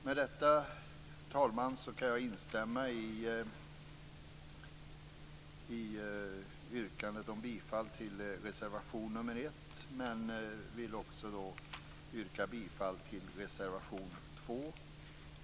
Med detta, fru talman, kan jag instämma i yrkandet om bifall till reservation 1. Jag vill också yrka bifall till reservation 2.